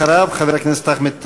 ואחריו, חבר הכנסת אחמד טיבי.